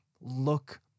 look